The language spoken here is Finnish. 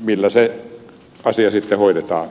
millä se asia sitten hoidetaan